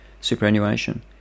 superannuation